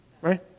right